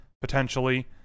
potentially